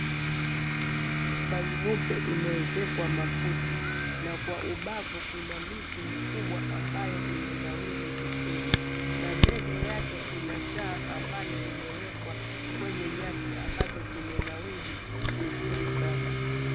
Nyumba nyeupe imeezekwa makuti na kwa ubavu kuna miti mikubwa ambayo imenawiri vizuri na mbele yake kuna taa ambalo limewekwa kwenye nyasi ambazo zimenawiri vizuri sana.